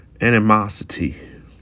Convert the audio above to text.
animosity